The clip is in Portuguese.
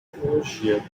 tecnologia